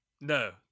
No